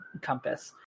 compass